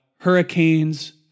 hurricanes